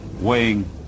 weighing